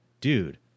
Dude